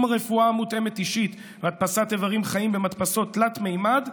הרפואה המותאמת אישית והדפסת איברים חיים במדפסות תלת-ממד,